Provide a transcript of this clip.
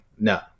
No